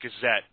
Gazette